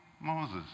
Moses